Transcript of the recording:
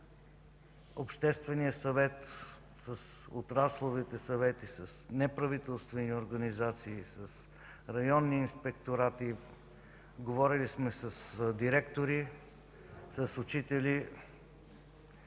Обществения съвет, с отрасловите съвети, с неправителствени организации, с районни инспекторати. Говорили сме с директори, с учители